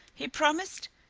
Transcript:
he promised.